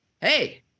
hey